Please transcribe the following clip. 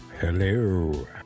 Hello